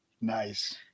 Nice